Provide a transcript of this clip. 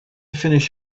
finish